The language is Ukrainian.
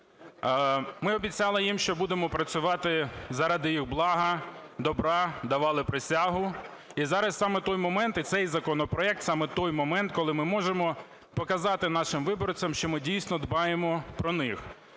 Ми обіцяли їм, що будемо працювати заради їх блага, добра, давали присягу. І зараз саме той момент і цей законопроект – саме той момент, коли ми можемо показати нашим виборцям, що ми дійсно дбаємо про них.